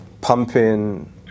Pumping